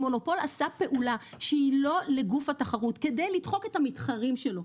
אם מונופול עשה פעולה שהיא לא לגוף התחרות כדי לדחוק את המתחרים שלו,